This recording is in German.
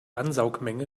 ansaugmenge